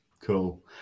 Cool